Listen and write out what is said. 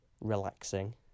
relaxing